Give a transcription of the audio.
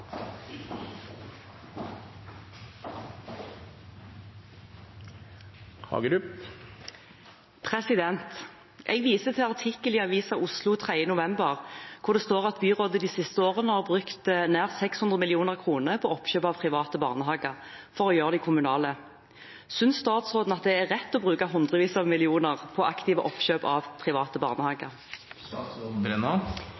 viser til artikkel i Avisa Oslo, 3. november, hvor det står at byrådet de siste årene har brukt nær 600 millioner kroner på oppkjøp av ti private barnehager for å gjøre dem kommunale. Synes statsråden at det er rett å bruke hundrevis av millioner på aktive oppkjøp av private